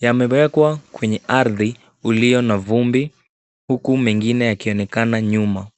Yamewekwa kwenye ardhi uliyo na vumbi huku mengine yakionekana nyuma.